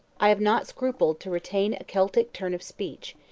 i have not scrupled to retain a celtic turn of speech,